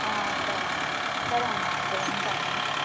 ఆ సరే అమ్మ సరే అమ్మా అయితే ఉంటానమ్మా